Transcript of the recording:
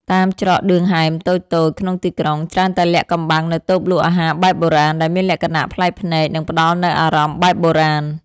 តាមច្រកឌឿងហែមតូចៗក្នុងទីក្រុង ច្រើនតែលាក់កំបាំងនូវតូបលក់អាហារបែបបុរាណ ដែលមានលក្ខណៈប្លែកភ្នែក និងផ្ដល់នូវអារម្មណ៍បែបបុរាណ។